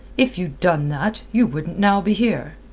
if you'd done that, you wouldn't now be here.